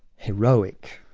heroic,